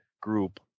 group